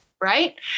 right